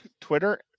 Twitter